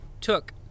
took